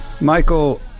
Michael